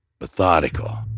Methodical